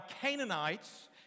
Canaanites